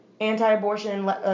anti-abortion